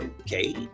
okay